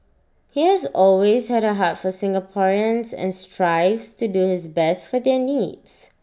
he has always had A heart for Singaporeans and strives to do his best for their needs